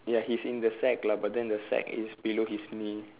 ya he's in the sack lah but then the sack is below his knee